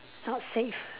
not safe